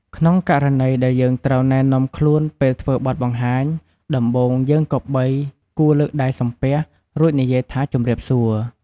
ក្នុងករណីដែលយើងត្រូវណែនាំខ្លួនពេលធ្វើបទបង្ហាញ ដំបូងយើងគម្បីគួរលើកដៃសំពះ រួចនិយាយថាជំរាបសួរ។